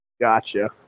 Gotcha